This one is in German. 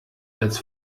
als